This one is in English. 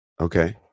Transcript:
Okay